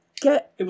get